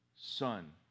son